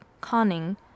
conning